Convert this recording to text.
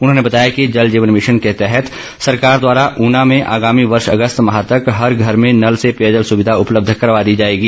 उन्होंने बताया कि जल जीवन भिशन के तहत सरकार द्वारा ऊना में आगामी वर्ष अगस्त माह तक हर घर में नल से पेयजल सुविधा उपलब्ध करवा दी जाएगी